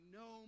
no